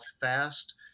fast